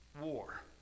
war